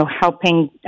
helping